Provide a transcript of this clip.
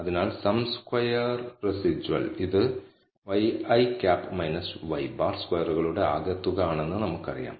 അതിനാൽ sum square residual ഇത് ŷi y̅ സ്ക്വയറുകളുടെ ആകെത്തുക ആണെന്ന് നമുക്കറിയാം